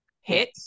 hit